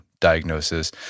diagnosis